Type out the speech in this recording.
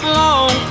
long